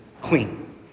clean